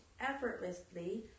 effortlessly